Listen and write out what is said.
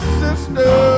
sister